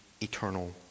eternal